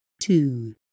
Two